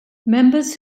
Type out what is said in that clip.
members